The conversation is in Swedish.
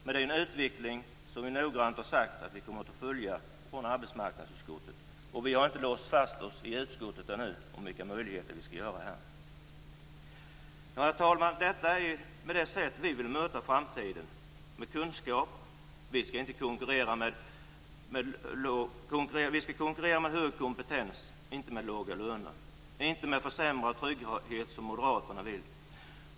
Detta är en utveckling som noggrant kommer att följas från arbetsmarknadsutskottet. Vi i utskottet har ännu inte låst fast oss i vilka möjligheter som finns. Herr talman! Detta är det sätt som vi vill möta framtiden på - med kunskap. Sverige skall konkurrera med hög kompetens - inte med låga löner och med försämrad trygghet som Moderaterna vill.